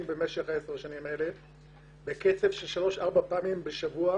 בעשור הזה בקצב של 3 4 פעמים בשבוע,